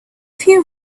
few